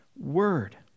word